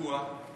או-אה.